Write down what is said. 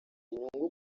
inyungu